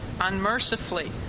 unmercifully